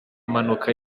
mpanuka